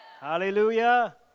Hallelujah